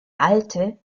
alte